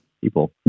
people